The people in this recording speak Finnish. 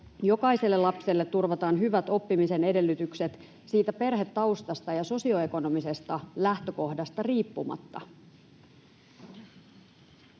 jokaiselle lapselle turvataan hyvät oppimisen edellytykset perhetaustasta ja sosioekonomisesta lähtökohdasta riippumatta?